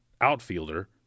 outfielder